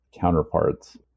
counterparts